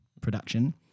production